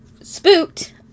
spooked